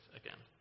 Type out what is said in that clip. again